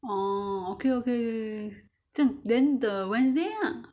oh okay okay okay okay 这样 then the wednesday ah